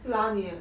拉你 ah